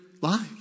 lives